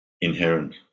inherent